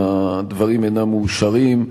והדברים אינם מאושרים,